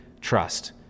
trust